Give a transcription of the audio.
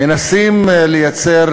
מנסים לייצר